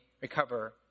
recover